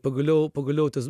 pagaliau pagaliau tas